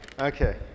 Okay